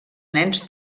nens